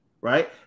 Right